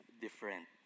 different